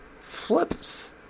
Flips